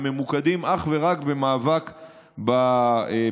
הם ממוקדים אך ורק במאבק בפשיעה,